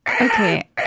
Okay